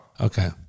Okay